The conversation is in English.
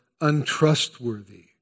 untrustworthy